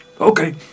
Okay